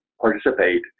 participate